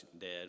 dead